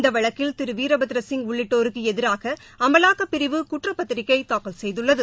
இந்த வழக்கில் திரு வீர்பத்திரசிங் உள்ளிட்டோருக்கு எதிராக அமலாக்கப் பிரிவு குற்றப்பத்திரிகை தாக்கல் செய்துள்ளது